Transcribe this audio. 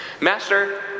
Master